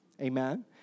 Amen